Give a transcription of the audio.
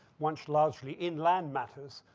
once largely in land matters,